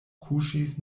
kuŝis